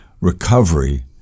recovery